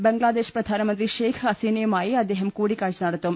ബംഗ്ലാദേശ് പ്രധാന മന്ത്രി ഷെയ്ഖ് ഹസീനയുമായി അദ്ദേഹം കൂടിക്കാഴ്ച നടത്തും